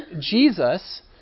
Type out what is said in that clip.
Jesus